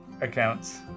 accounts